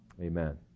Amen